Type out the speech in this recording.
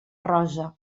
rosa